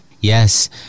Yes